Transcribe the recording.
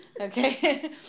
Okay